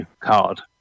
card